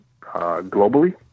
globally